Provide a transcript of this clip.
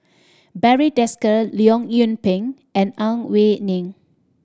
Barry Desker Leong Yoon Pin and Ang Wei Neng